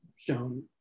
shown